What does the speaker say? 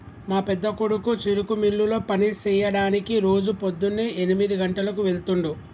మా పెద్దకొడుకు చెరుకు మిల్లులో పని సెయ్యడానికి రోజు పోద్దున్నే ఎనిమిది గంటలకు వెళ్తుండు